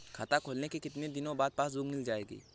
खाता खोलने के कितनी दिनो बाद पासबुक मिल जाएगी?